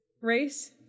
race